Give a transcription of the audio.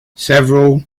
several